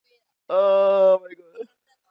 oh my god